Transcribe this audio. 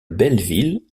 belleville